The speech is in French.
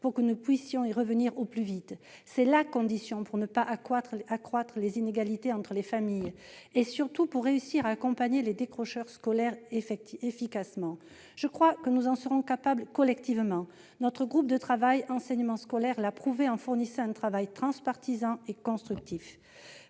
pour que nous puissions la rétablir au plus vite. C'est nécessaire pour ne pas accroître les inégalités entre les familles, et surtout pour réussir à accompagner les décrocheurs scolaires efficacement. Je crois que nous en serons capables collectivement. Notre groupe de travail « enseignement scolaire » l'a prouvé en fournissant un travail transpartisan et constructif.